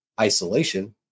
isolation